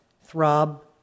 throb